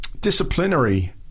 disciplinary